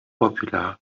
popular